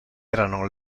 erano